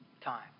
Time